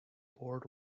board